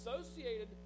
associated